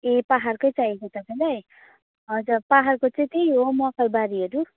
ए पाहाडकै चाहिएको तपाईँलाई हजुर पाहाडको चाहिँ त्यही हो मकैबारीहरू